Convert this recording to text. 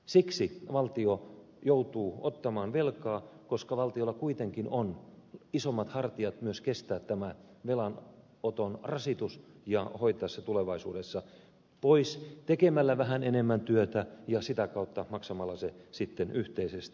siksi valtio joutuu ottamaan velkaa koska valtiolla kuitenkin on isommat hartiat myös kestää tämä velanoton rasitus ja hoitaa se tulevaisuudessa pois tekemällä vähän enemmän työtä ja sitä kautta maksamalla se sitten yhteisesti